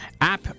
app